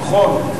נכון.